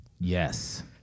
Yes